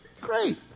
Great